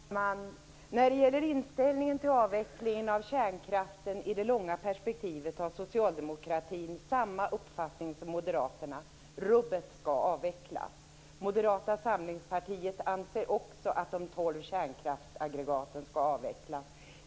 Fru talman! När det gäller inställningen till avvecklingen av kärnkraften i det långa perspektivet har Socialdemokraterna samma uppfattning som Moderaterna: Rubbet skall avvecklas. Moderata samlingspartiet anser också att de 12 kärnkraftsaggregaten skall avvecklas.